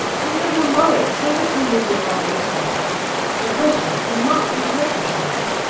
think of your mother think of her misery while you suffer for her sake you must exert yourself.